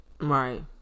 right